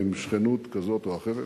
ועם שכנות כזאת או אחרת.